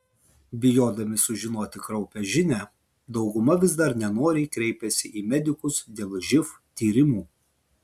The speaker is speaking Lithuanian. bijodami sužinoti kraupią žinią dauguma vis dar nenoriai kreipiasi į medikus dėl živ tyrimų